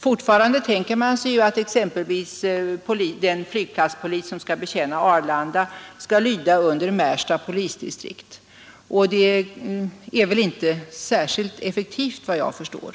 Fortfarande tänker man sig att exempelvis den flygplatspolis som skall betjäna Arlanda skall lyda under Märsta polisdistrikt, och det är väl inte särskilt effektivt, såvitt jag förstår.